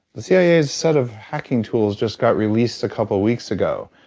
the cia's set of hacking tools just got released a couple weeks ago.